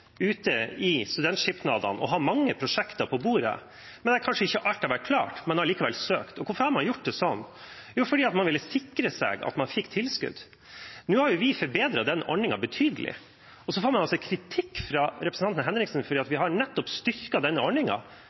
ute i studentsamskipnadene å ha mange prosjekter på bordet. Kanskje ikke alt har vært klart, men man har allikevel søkt. Og hvorfor har man gjort det sånn? Jo, fordi man ville sikre seg at man fikk tilskudd. Nå har vi forbedret den ordningen betydelig, og så får man altså kritikk fra representanten Henriksen for at vi nettopp har styrket denne